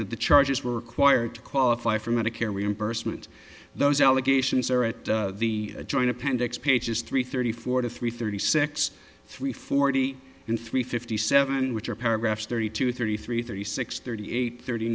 the charges were required to qualify for medicare reimbursement those allegations are at the joint appendix pages three thirty forty three thirty six three forty and three fifty seven which are paragraphs thirty two thirty three thirty six thirty eight thirty